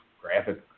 graphic